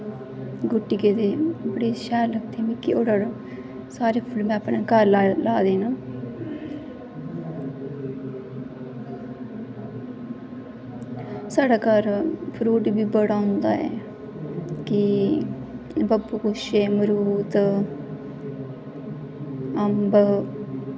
गुट्टिये दे बड़े शैल लगदे मिगी होर सारे फुल्ल में अपने घर लाए दे न साढ़ै घर फ्रूट बी बड़ा होंदा ऐ कि गब्बूगुशे मरूद